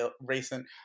recent